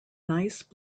nice